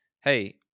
hey